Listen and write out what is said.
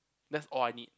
that's all I need